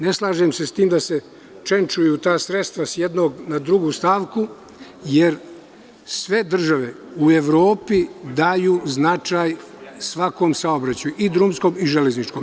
Ne slažem se sa tim da se čenčuju ta sredstva sa jednu na drugu stavku jer sve države u Evropi daju značaj svakom saobraćaju, i drumskom i železničkom.